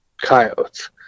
coyotes